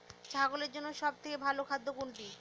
ছাগলের জন্য সব থেকে ভালো খাদ্য কোনটি?